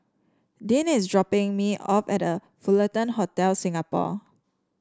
Dean is dropping me off at The Fullerton Hotel Singapore